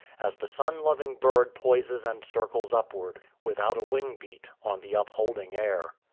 as the sun-loving bird poises and circles upward, without a wing-beat, on the upholding air.